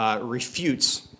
refutes